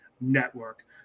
Network